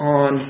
on